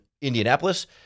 Indianapolis